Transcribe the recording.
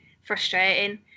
frustrating